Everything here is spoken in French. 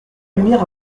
lumière